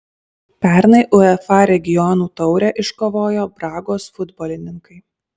pernai uefa regionų taurę iškovojo bragos futbolininkai